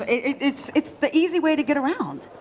it's it's the easy way to get around.